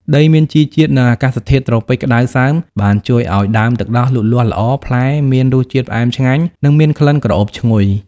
ដីមានជីជាតិ និងអាកាសធាតុត្រូពិចក្តៅសើមបានជួយឲ្យដើមទឹកដោះលូតលាស់ល្អ ផ្លែមានរសជាតិផ្អែមឆ្ងាញ់ និងមានក្លិនក្រអូបឈ្ងុយ។